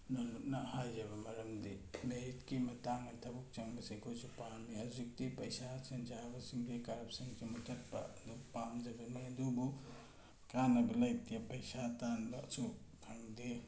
ꯅꯣꯜꯂꯨꯛꯅ ꯍꯥꯏꯖꯕ ꯃꯔꯝꯗꯤ ꯃꯦꯔꯤꯠꯀꯤ ꯃꯇꯥꯡꯗ ꯊꯕꯛ ꯆꯪꯕꯁꯦ ꯑꯩꯈꯣꯏꯁꯨ ꯄꯥꯝꯃꯤ ꯍꯧꯖꯤꯛꯇꯤ ꯄꯩꯁꯥ ꯁꯦꯟꯖꯥꯕꯁꯤꯡꯁꯦ ꯀꯔꯞꯁꯟꯁꯤ ꯃꯨꯊꯠꯄ ꯑꯗꯨ ꯄꯥꯝꯖꯕꯅꯦ ꯑꯗꯨꯕꯨ ꯀꯥꯟꯅꯕ ꯂꯩꯇꯦ ꯄꯩꯁꯥ ꯇꯥꯟꯕꯁꯨ ꯐꯪꯗꯦ